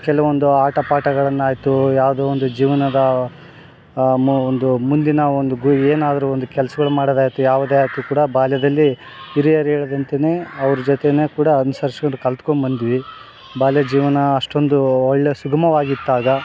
ಕೆಲವೊಂದು ಆಟ ಪಾಠಗಳನ್ನ ಆಯಿತು ಯಾವುದೋ ಒಂದು ಜೀವನದ ಮು ಒಂದು ಮುಂದಿನ ಒಂದು ಗು ಎನಾದರೂ ಒಂದು ಕೆಲ್ಸ್ಗಳು ಮಾಡೋದು ಆಯಿತು ಯಾವುದೇ ಆದರು ಕೂಡ ಬಾಲ್ಯದಲ್ಲಿ ಹಿರಿಯರು ಹೇಳಿದಂತೇನೇ ಅವ್ರ ಜೊತೇನೆ ಕೂಡ ಅನ್ಸರ್ಸ್ಕೊಂಡು ಕಲ್ತಕೊಂಡು ಬಂದ್ವಿ ಬಾಲ್ಯ ಜೀವನ ಅಷ್ಟೊಂದು ಒಳ್ಳೆಯ ಸುಗಮವಾಗೀತ್ತಾಗ